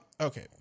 okay